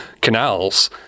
canals